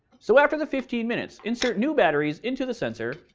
so, after the fifteen minutes, insert new batteries into the sensor,